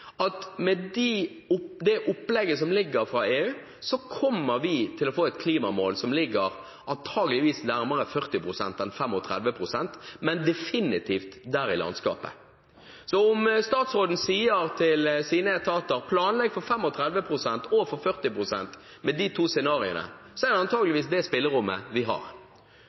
til å få et klimamål som ligger – antageligvis – nærmere 40 pst. enn 35 pst., men definitivt i det landskapet. Så om statsråden sier til sine etater at de skal planlegge for 35 pst. og for 40 pst. med de to scenariene, er det antagelig det spillerommet vi har.